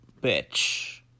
bitch